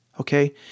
Okay